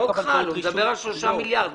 החוק מדבר על 3 מיליארד.